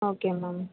okay ma'am